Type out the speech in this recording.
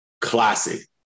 classic